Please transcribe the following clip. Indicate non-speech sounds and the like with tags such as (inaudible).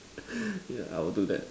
(noise) yeah I will do that